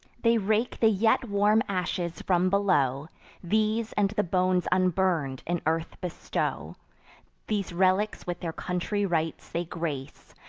they rake the yet warm ashes from below these, and the bones unburn'd, in earth bestow these relics with their country rites they grace,